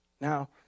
Now